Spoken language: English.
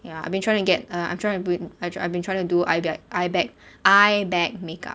ya I've been trying to get uh I'm trying to put in I I've been trying to do eye bag eye bag eye bag make up